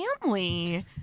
family